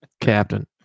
Captain